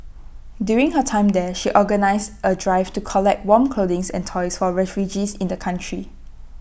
during her time there she organised A drive to collect warm clothing and toys for refugees in the country